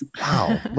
wow